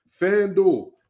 FanDuel